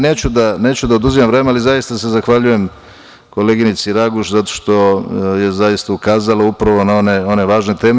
Neću da oduzimam vreme, ali zaista se zahvaljujem koleginici Raguš zato što je ukazala upravo na one važne teme.